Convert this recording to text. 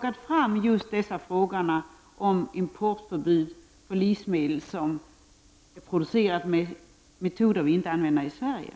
lyft fram just dessa frågor om importförbud för livsmedel som är producerade med metoder som vi inte använder i Sverige.